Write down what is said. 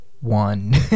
One